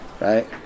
Right